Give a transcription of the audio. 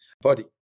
body